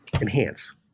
enhance